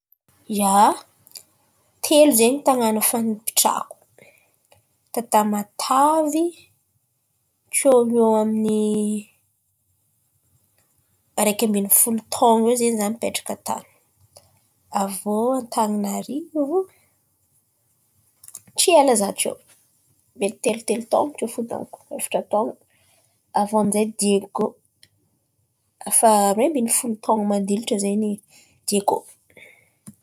Ià, telo zen̈y tàn̈ana efa nipitrahako. Ta Tamatavy teo eo ho eo amin'ny araiky ambiny folo taon̈o eo zen̈y izaho nipetraka tan̈y. Avy iô Antananarivo tsy ela izaho teo, mety telo telo taon̈o teo fo dônko, efatra taon̈o. Avy iô amin'izay Diego, efa aroe amby ny folo taon̈o mandilatra zen̈y Diego.